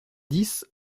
dix